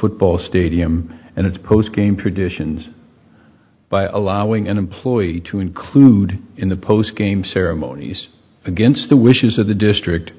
football stadium and its post game traditions by allowing an employee to include in the post game ceremonies against the wishes of the district